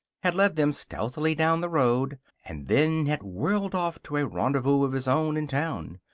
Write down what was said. had led them stealthily down the road, and then had whirled off to a rendezvous of his own in town.